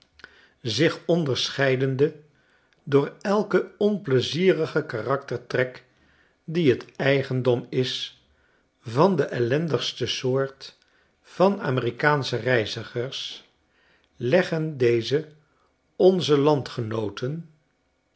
zich onderscheidende door elken onpleizierigen karaktertrek die het eigendom is van de ellendigste soort van amerikaansche reizigers leggen deze onze landgenooten